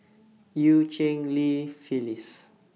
EU Cheng Li Phyllis